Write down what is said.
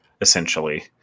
essentially